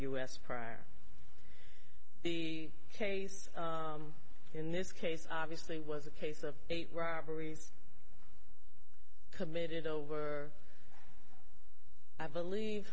us prior the case in this case obviously was a case of eight robberies committed over i believe